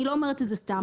אני לא אומרת את זה סתם.